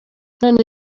none